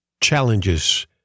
challenges